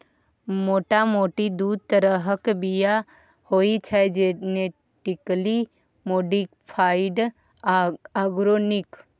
मोटा मोटी दु तरहक बीया होइ छै जेनेटिकली मोडीफाइड आ आर्गेनिक